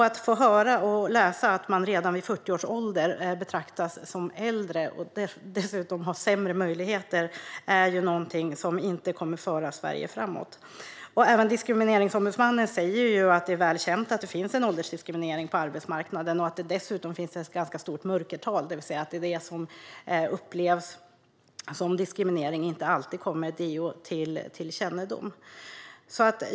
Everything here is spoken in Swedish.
Att få höra och läsa att man redan vid 40 års ålder betraktas som äldre, och dessutom har sämre möjligheter, är någonting som inte kommer att föra Sverige framåt. Även Diskrimineringsombudsmannen säger att det är väl känt att det finns en åldersdiskriminering på arbetsmarknaden och att det dessutom finns ett ganska stort mörkertal, det vill att säga att det som upplevs som diskriminering inte alltid kommer till DO:s kännedom.